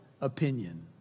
opinion